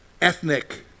Ethnic